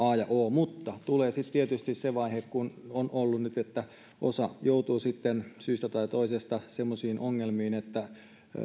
mutta tulee sitten tietysti se vaihe niin kuin on ollut nyt että osa joutuu syystä tai toisesta semmoisiin ongelmiin että